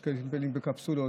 יש כאלה שמתפללים בקפסולות,